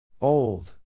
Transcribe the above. Old